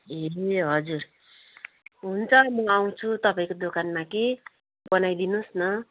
ए हजुर हुन्छ म आउँछु तपाईँको दोकानमा कि बनाइदिनु होस् न